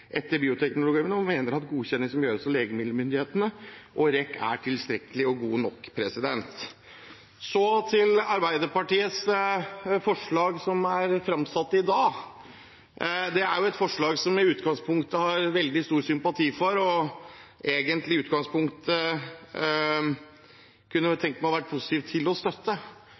etter bioteknologiloven og mener at godkjenning som gjøres av legemiddelmyndighetene og REK, er tilstrekkelig og god nok. Så til Arbeiderpartiets forslag som er framsatt i dag. Det er et forslag som jeg i utgangspunktet har veldig stor sympati for og egentlig kunne tenke meg å være positiv til å støtte,